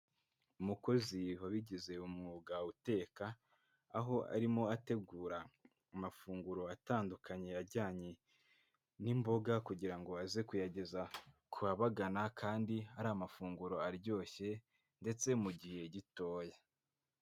Umukozi wabigize umwuga uteka, aho arimo ategura amafunguro atandukanye ajyanye n'imboga kugira ngo aze kuyageza ku babagana kandi ari amafunguro aryoshye ndetse mu gihe gitoya.